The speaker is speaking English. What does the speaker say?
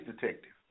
detective